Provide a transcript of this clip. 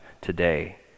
today